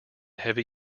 heavy